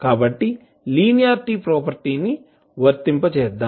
కాబట్టి లీనియార్టీ ప్రాపర్టీని వర్తింపజేద్దాం